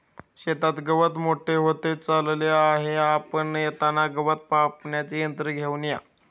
शेतात गवत मोठे होत चालले आहे, आपण येताना गवत कापण्याचे यंत्र घेऊन या